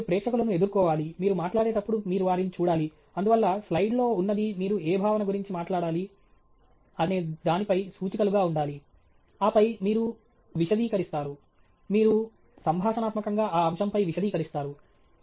మీరు ప్రేక్షకులను ఎదుర్కోవాలి మీరు మాట్లాడేటప్పుడు మీరు వారిని చూడాలి అందువల్ల స్లైడ్లో ఉన్నది మీరు ఏ భావన గురించి మాట్లాడాలి అనే దానిపై సూచికలుగా ఉండాలి ఆపై మీరు విశదీకరిస్తారు మీరు సంభాషణాత్మకంగా ఆ అంశంపై విశదీకరిస్తారు